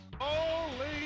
Holy